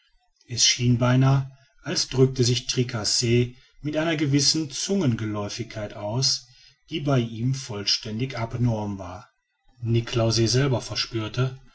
es schien beinahe als drückte sich tricasse mit einer gewissen zungengeläufigkeit aus die bei ihm vollständig abnorm war niklausse selber verspürte